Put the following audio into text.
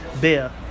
beer